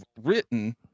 written